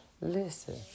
Listen